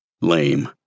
Lame